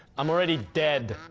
i'm already dead,